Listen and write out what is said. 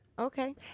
Okay